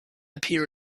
appear